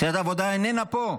סיעת העבודה איננה פה,